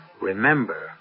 remember